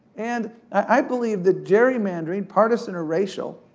and i believe that gerrymandering, partisan, or racial,